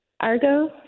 Argo